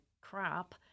crap